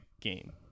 game